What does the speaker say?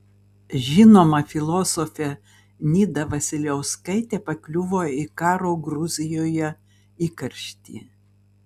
žinoma filosofė nida vasiliauskaitė pakliuvo į karo gruzijoje įkarštį